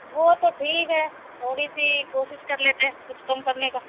وہ تو ٹھیک ہے تھوڑی سی کوشش کر لیتے کچھ کم کرنے کا